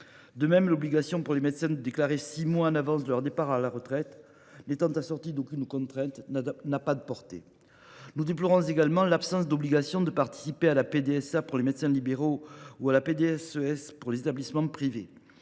De même, l’obligation pour les médecins de déclarer six mois à l’avance leur départ à la retraite n’est assortie d’aucune contrainte et n’a donc pas de portée. Nous déplorons également l’absence d’obligation de participer à la PDSA pour les médecins libéraux ou à la PDSES pour les établissements privés.